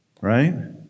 Right